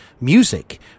music